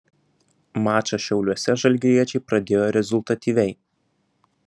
mačą šiauliuose žalgiriečiai pradėjo rezultatyviai